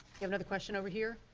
another question over here?